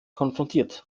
konfrontiert